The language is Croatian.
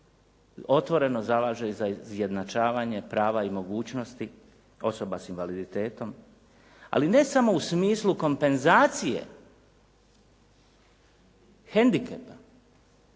otvoreno zalaže za izjednačavanje prava i mogućnosti osoba s invaliditetom, ali ne samo u smislu kompenzacije hendikepa